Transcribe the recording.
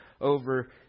over